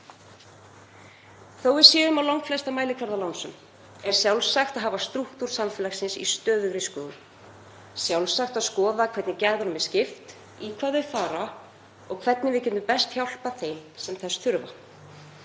Þótt við séum á langflesta mælikvarða lánsöm er sjálfsagt að hafa strúktúr samfélagsins í stöðugri skoðun, sjálfsagt að skoða hvernig gæðunum er skipt, í hvað þau fara og hvernig við getum best hjálpað þeim sem þess þurfa.